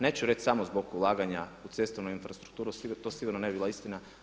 Neću reći samo zbog ulaganja u cestovnu infrastrukturu, to sigurno ne bi bila istina.